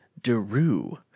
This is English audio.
DeRue